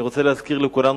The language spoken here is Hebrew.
אני רוצה להזכיר לכולנו,